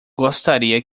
gostaria